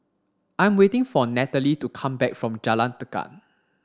I'm waiting for Nataly to come back from Jalan Tekad